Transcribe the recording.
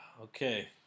Okay